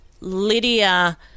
Lydia